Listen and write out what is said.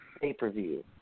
pay-per-view